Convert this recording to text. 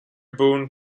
boone